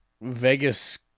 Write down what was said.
Vegas